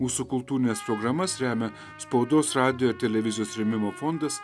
mūsų kultūrines programas remia spaudos radijo ir televizijos rėmimo fondas